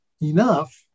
enough